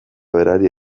berari